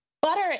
Butter